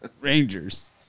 Rangers